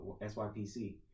SYPC